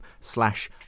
slash